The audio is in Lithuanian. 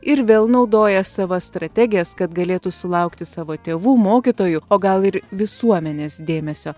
ir vėl naudoja savas strategijas kad galėtų sulaukti savo tėvų mokytojų o gal ir visuomenės dėmesio